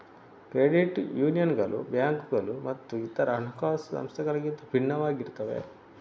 credit ಯೂನಿಯನ್ಗಳು ಬ್ಯಾಂಕುಗಳು ಮತ್ತು ಇತರ ಹಣಕಾಸು ಸಂಸ್ಥೆಗಳಿಂದ ಭಿನ್ನವಾಗಿರುತ್ತವೆ